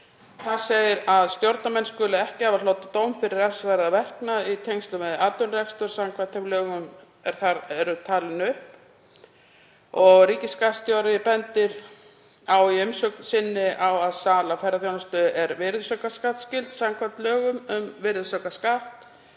Þar segir að stjórnarmenn skuli ekki hafa hlotið dóm fyrir refsiverðan verknað í tengslum við atvinnurekstur samkvæmt þeim lögum er þar eru talin upp. Ríkisskattstjóri bendir í umsögn sinni á að sala ferðaþjónustu er virðisaukaskattsskyld samkvæmt lögum um virðisaukaskatt.